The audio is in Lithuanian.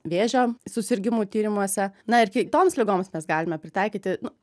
vėžio susirgimų tyrimuose na ir kitoms ligoms mes galime pritaikyti nu